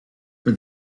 for